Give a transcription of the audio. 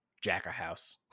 Jack-a-house